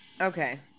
Okay